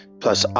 plus